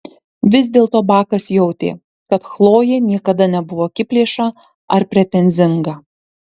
vis dėlto bakas jautė kad chlojė niekada nebuvo akiplėša ar pretenzinga